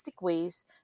ways